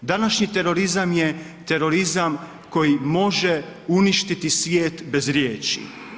Današnji terorizam je terorizam koji može uništiti svijet bez riječi.